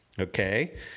okay